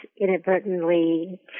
inadvertently